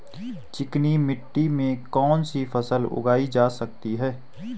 चिकनी मिट्टी में कौन सी फसल उगाई जा सकती है?